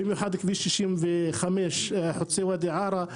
במיוחד כביש 65 חוצה ואדי ערה,